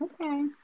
Okay